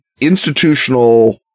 institutional